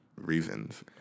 reasons